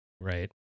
Right